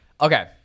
okay